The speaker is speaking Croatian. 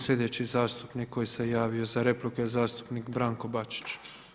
Slijedeći zastupnik koji se javio za repliku je zastupnik Branko Bačić.